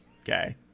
Okay